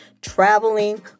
traveling